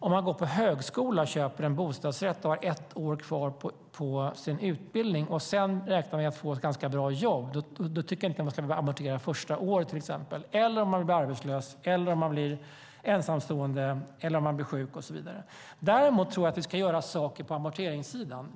Om man har ett år kvar på sin högskoleutbildning och sedan räknar med att få ett ganska bra jobb och köper en bostadsrätt, då tycker jag till exempel inte att man ska amortera det första året. Det gäller också om man blir arbetslös, ensamstående, sjuk och så vidare. Däremot tror jag att vi kan göra saker på amorteringssidan.